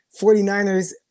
49ers